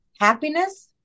happiness